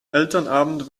elternabend